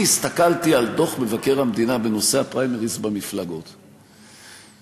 אני הסתכלתי על דוח מבקר המדינה בנושא הפריימריז במפלגות ונדהמתי.